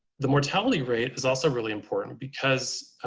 the mortality rate is also really important because